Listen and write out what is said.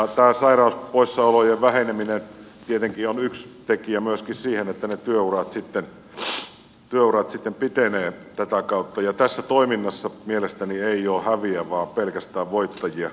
tämä sairauspoissaolojen väheneminen tietenkin on yksi tekijä myöskin siinä että ne työurat pitenevät ja tässä toiminnassa mielestäni ei ole häviäjiä vaan pelkästään voittajia